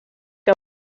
que